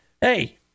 hey